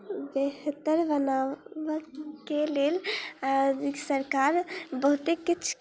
बेहतर बनाबयके लेल सरकार बहुते किछु